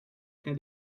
train